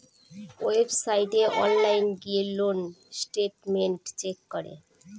ওয়েবসাইটে অনলাইন গিয়ে loan statement check করে